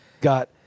got